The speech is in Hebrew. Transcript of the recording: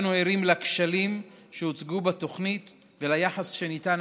אנו ערים לכשלים שהוצגו בתוכנית וליחס שניתן